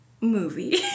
movie